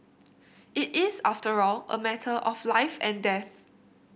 it is after all a matter of life and death